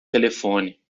telefone